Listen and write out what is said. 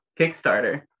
kickstarter